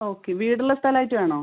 okay വീടുള്ള സ്ഥലമായിട്ട് വേണോ